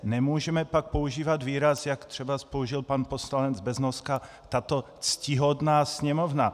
Nemůžeme pak používat výraz, jak třeba použil pan poslanec Beznoska, tato ctihodná Sněmovna.